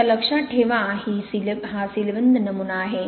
आता लक्षात ठेवा हा सीलबंद नमुना आहे